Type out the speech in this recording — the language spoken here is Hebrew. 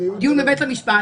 משרד החינוך